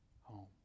home